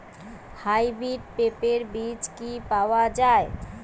Hybrid পেঁপের বীজ কি পাওয়া যায়?